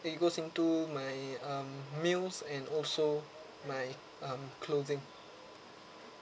they goes into my um meals and also my um clothing